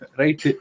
right